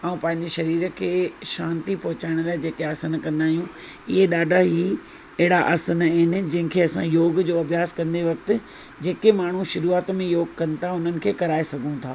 ऐं पंहिंजे शरीर खे शांती पहुचाइण लाइ जेके आसन कंदा आहियूं इहे ॾाढा ई अहिड़ा आसन आहिनि जिन खे असां योग जो अभ्यास कंदे वक़्ति जे के माण्हू शुरूआति में योग कनि था उन्हनि खे कराए सघूं था